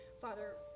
Father